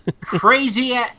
Crazy